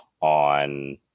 on